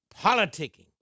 politicking